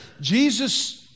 Jesus